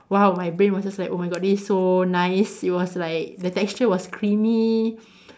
!wow! my brain was just like oh my god this is so nice it was like the texture was creamy